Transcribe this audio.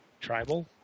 tribal